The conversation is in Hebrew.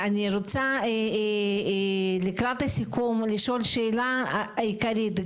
אני רוצה לקראת הסיכום לשאול שאלה עיקרית,